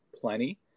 plenty